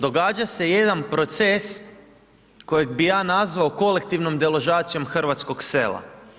Događa se jedan proces kojeg bi ja nazvao kolektivnom deložacijom hrvatskog sela.